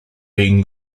being